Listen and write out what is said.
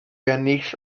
ennill